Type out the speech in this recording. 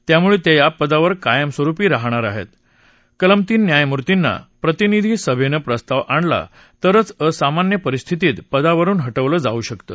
त्यामुळत्रिा या पदावर कायम स्वरूपी राहणार आहत्त कलम तीन न्यायमूर्तींना प्रतिनिधी सभद्द प्रस्ताव आणला तरच असामान्य परिस्थितीत पदावरुन ह विलं जाऊ शकतं